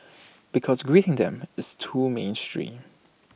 because greeting them is too mainstream